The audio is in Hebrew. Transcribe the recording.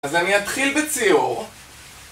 אז אני אתחיל בציור